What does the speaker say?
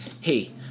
hey